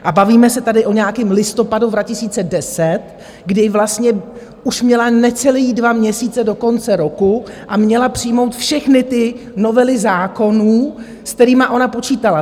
A bavíme se tady o nějakém listopadu 2010, kdy vlastně už měla necelé dva měsíce do konce roku a měla přijmout všechny ty novely zákonů, s kterými ona počítala.